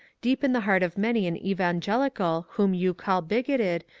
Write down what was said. deep in the heart of many an evangelical whom you call bigoted,